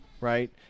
right